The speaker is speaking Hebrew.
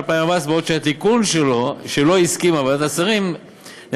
בעוד התיקון שלו הסכימה ועדת השרים לענייני